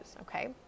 Okay